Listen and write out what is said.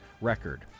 record